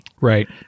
Right